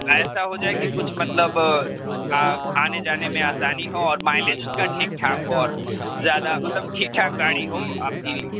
ایسا ہو جائے کہ کچھ مطلب آ آنے جانے میں آسانی ہو اور مایلج اُس کا ٹھیک ٹھاک ہو اور زیادہ مطلب ٹھیک ٹھاک گاڑی ہو آپ کی